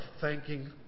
thanking